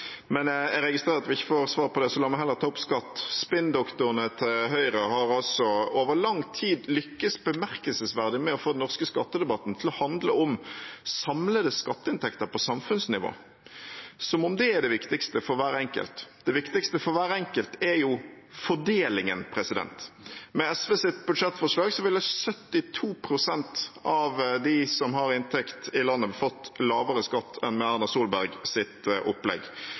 Men jeg registrerer at vi ikke får svar på det, så la meg heller ta opp skatt. Spinndoktorene til Høyre har over lang tid lyktes bemerkelsesverdig med å få den norske skattedebatten til å handle om samlede skatteinntekter på samfunnsnivå, som om det er det viktigste for hver enkelt. Det viktigste for hver enkelt er jo fordelingen. Med SVs budsjettforslag ville 72 pst. av dem som har inntekt i landet, fått lavere skatt enn med Erna Solbergs opplegg – lavere skatt for folk flest med SVs opplegg.